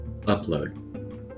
upload